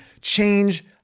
change